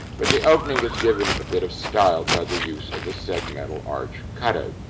but the opening is given a bit of style by the use of a segmental arch cutout.